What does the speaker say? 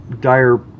dire